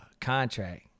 contract